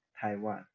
Taiwan